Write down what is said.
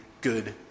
good